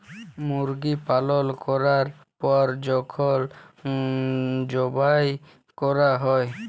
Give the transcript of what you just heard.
মুরগি পালল ক্যরার পর যখল যবাই ক্যরা হ্যয়